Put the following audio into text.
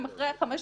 אם אחרי 15,